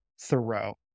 Thoreau